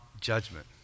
judgment